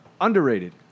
underrated